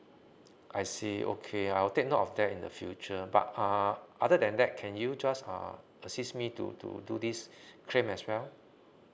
I see okay I'll take note of that in the future but uh other than that can you just err assist me to to do this claim as well